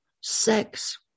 sex